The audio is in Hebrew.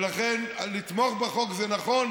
ולכן לתמוך בחוק זה נכון,